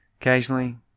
Occasionally